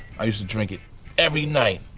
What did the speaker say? i used to drink it every night,